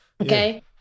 Okay